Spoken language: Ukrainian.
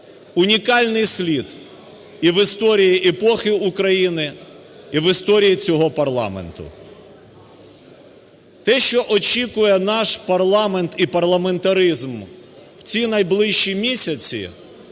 унікальний слід і в історії епохи України, і в історії цього парламенту. Те, що очікує наш парламент і парламентаризм в ці найближчі місяці,